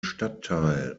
stadtteil